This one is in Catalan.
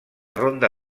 ronda